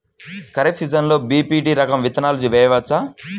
ఖరీఫ్ సీజన్లో బి.పీ.టీ రకం విత్తనాలు వేయవచ్చా?